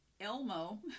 Elmo